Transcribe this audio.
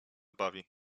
bawi